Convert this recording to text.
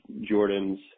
Jordan's